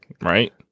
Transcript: Right